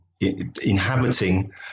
inhabiting